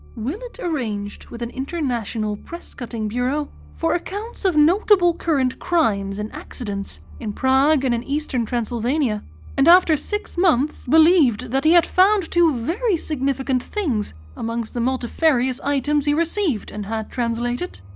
willett arranged with an international press-cutting bureau for accounts of notable current crimes and accidents in prague and in eastern transylvania and after six months believed that he had found two very significant things amongst the multifarious items he received and had translated.